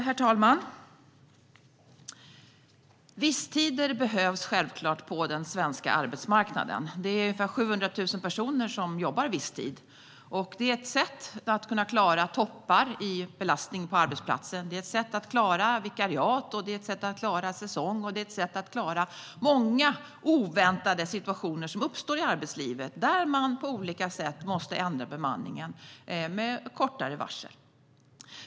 Herr talman! Visstider behövs självklart på den svenska arbetsmarknaden. Ungefär 700 000 personer jobbar visstid. Det är ett sätt att klara toppar i belastning på arbetsplatsen, att klara vikariat, säsong och många oväntade situationer som uppstår i arbetslivet där man på olika sätt måste ändra bemanningen med kortare varsel.